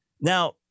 Now